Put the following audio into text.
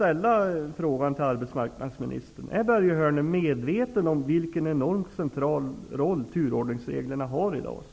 Är arbetsmarknadsminister Börje Hörnlund medveten om vilken enorm central roll turordningsreglerna spelar i LAS?